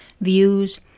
views